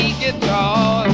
guitar